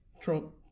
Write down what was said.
Trump